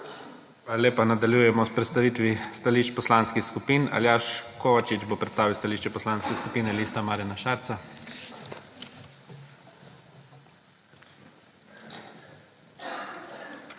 lepa. Nadaljujemo s predstavitvi stališč poslanskih skupin. Aljaž Kovačič bo predstavil stališče Poslanske skupine Lista Marjana Šarca.